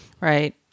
Right